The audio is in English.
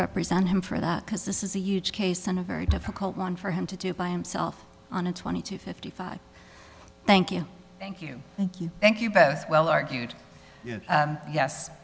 represent him for that because this is a huge case and a very difficult one for him to do by himself on a twenty to fifty five thank you thank you thank you thank you both well argued